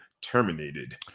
terminated